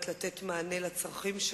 זאת לא הציפייה שלי מראש ממשלה.